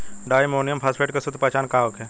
डाई ammonium phosphate के शुद्ध पहचान का होखे?